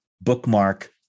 bookmark